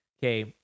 Okay